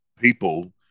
people